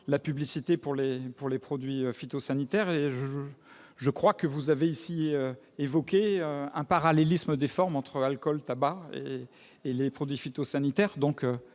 la publicité pour les produits phytosanitaires. Je crois qu'il a été question d'un parallélisme des formes entre l'alcool, le tabac et les produits phytosanitaires.